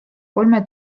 kolme